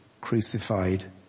crucified